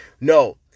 No